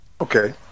Okay